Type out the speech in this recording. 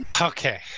Okay